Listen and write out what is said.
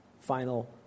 final